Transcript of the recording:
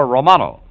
Romano